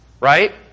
right